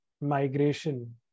migration